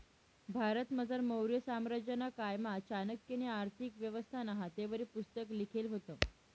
भारतमझार मौर्य साम्राज्यना कायमा चाणक्यनी आर्थिक व्यवस्थानं हातेवरी पुस्तक लिखेल व्हतं